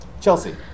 Chelsea